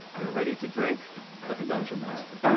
you're ready to drink like a dungeon master.